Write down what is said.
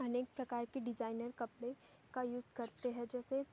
अनेक प्रकार के डिजाइनर कपड़े का यूज़ करते हैं जैसे